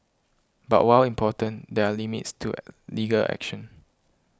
but while important there are limits to legal action